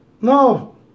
no